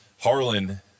Harlan